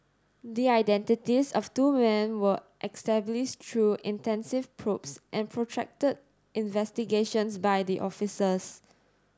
the identities of two men were established through intensive probes and protracted investigations by the officers